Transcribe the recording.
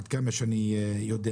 עד כמה שאני יודע.